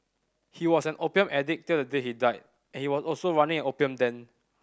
he was an opium addict till the day he died he was also running an opium den